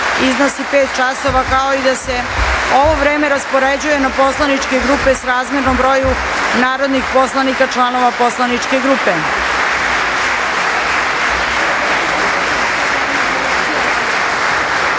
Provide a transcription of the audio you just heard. iznosi pet časova, kao i da se ovo vreme raspoređuje na poslaničke grupe srazmerno broju narodnih poslanika članova poslaničke grupe. Molim